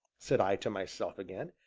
said i to myself again.